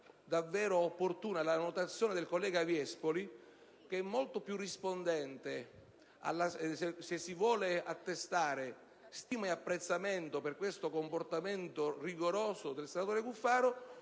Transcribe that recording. davvero opportuna la notazione del collega Viespoli secondo cui è molto più rispondente, se si vuole attestare stima e apprezzamento per questo comportamento rigoroso del senatore Cuffaro,